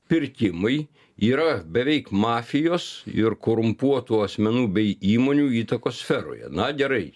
pirkimai yra beveik mafijos ir korumpuotų asmenų bei įmonių įtakos sferoje na gerai